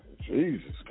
Jesus